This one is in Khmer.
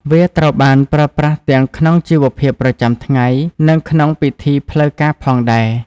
វាត្រូវបានប្រើប្រាស់ទាំងក្នុងជីវភាពប្រចាំថ្ងៃ និងក្នុងពិធីផ្លូវការផងដែរ។